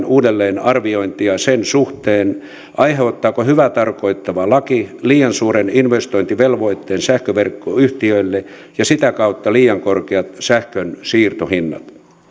uudelleenarviointia sen suhteen aiheuttaako hyvää tarkoittava laki liian suuren investointivelvoitteen sähköverkkoyhtiöille ja sitä kautta liian korkeat sähkön siirtohinnat